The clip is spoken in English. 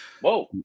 Whoa